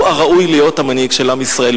הוא הראוי להיות המנהיג של עם ישראל.